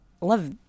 love